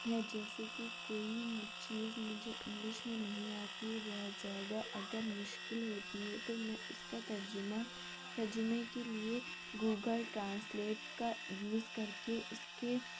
ہے جیسے کہ کوئی مو چیز مجھے انگلش میں نہیں آتی ہے بہت زیادہ اگر مشکل ہوتی ہے تو میں اس کا ترجمہ ترجمے کے لیے گوگل ٹرانسلیٹ کا یوز کر کے اس کے